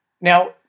Now